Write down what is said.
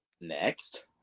Next